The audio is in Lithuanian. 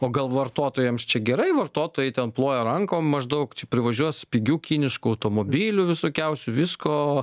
o gal vartotojams čia gerai vartotojai ten ploja rankom maždaug čia privažiuos pigių kiniškų automobilių visokiausių visko